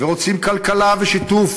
ורוצים כלכלה ושיתוף,